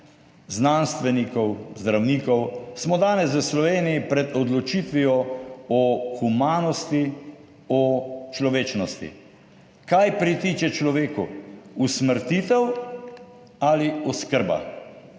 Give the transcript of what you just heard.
znanstvenikov, zdravnikov, smo danes v Sloveniji pred odločitvijo o humanosti, o človečnosti. Kaj pritiče človeku? Usmrtitev ali oskrba?